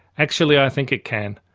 actually, i think it can.